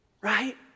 Right